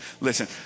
Listen